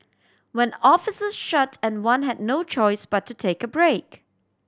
when offices shut and one had no choice but to take a break